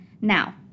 Now